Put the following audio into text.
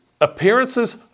appearances